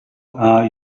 are